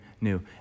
new